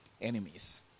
enemies